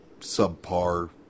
subpar